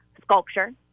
sculpture